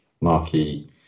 Marquee